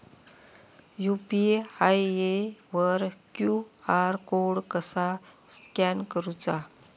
UPI वर QR code कसा scan करूचा?